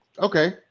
Okay